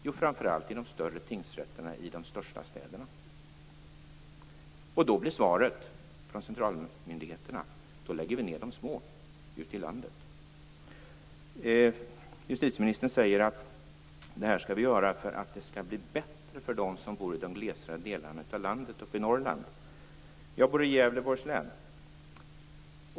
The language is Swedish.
Jo, framför allt vid de större tingsrätterna i de största städerna. Då blir svaret från centralmyndigheterna: Då lägger vi ned de små tingsrätterna ute i landet. Justitieministern säger att vi skall göra det här för att det skall bli bättre för dem som bor i de mer glesbefolkade delarna av landet, uppe i Norrland. Jag bor i Gävleborgs län.